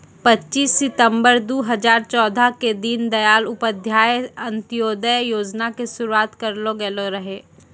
पच्चीस सितंबर दू हजार चौदह के दीन दयाल उपाध्याय अंत्योदय योजना के शुरुआत करलो गेलो रहै